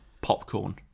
popcorn